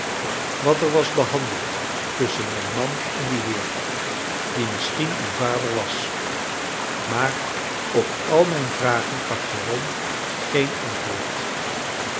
wat er was behandeld tusschen mijn man en dien heer die misschien uw vader was maar op al mijn vragen gaf jérôme geen antwoord